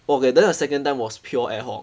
okay okay then the second time was pure ad hoc